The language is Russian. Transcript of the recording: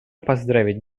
поздравить